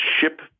ship